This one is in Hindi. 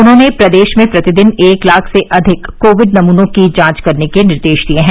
उन्होंने प्रदेश में प्रतिदिन एक लाख से अधिक कोविड नमूनों की जांच करने के निर्देश दिए हैं